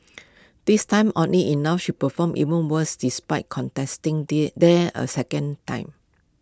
this time oddly enough she performed even worse despite contesting there there A second time